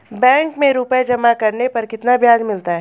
Bank में रुपये जमा करने पर कितना ब्याज मिलता है?